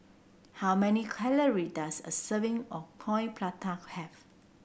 how many calorie does a serving of Coin Prata have